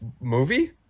movie